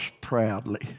proudly